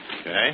Okay